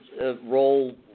role